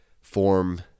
form